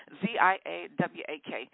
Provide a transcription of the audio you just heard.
Z-I-A-W-A-K